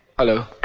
hello!